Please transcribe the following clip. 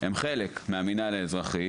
הם חלק מהמינהל האזרחי